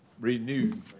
renewed